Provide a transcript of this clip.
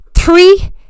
Three